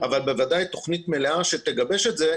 אבל בוודאי תכנית מלאה שתגבש את זה,